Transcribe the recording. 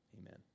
amen